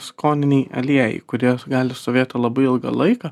skoniniai aliejai kurie gali stovėti labai ilgą laiką